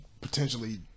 potentially